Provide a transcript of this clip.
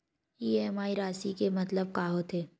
EMI राशि के मतलब का होथे?